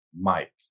Mike